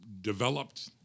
developed